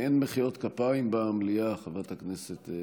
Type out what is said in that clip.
אין מחיאות כפיים במליאה, חברת הכנסת,